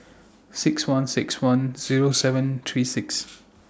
six one six one Zero seven three six